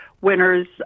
winners